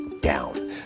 down